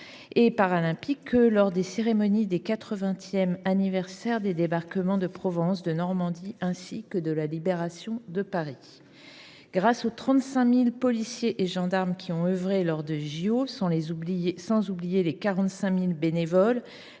et Paralympiques que des cérémonies du 80 anniversaire des débarquements de Provence et de Normandie, ainsi que de la Libération de Paris. Grâce aux 35 000 policiers et gendarmes qui ont œuvré lors des JOP, sans oublier les 45 000 bénévoles,